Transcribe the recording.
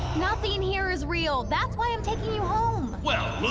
nothing here is real. that's why i'm taking you home. well,